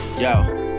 Yo